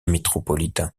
métropolitain